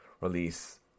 release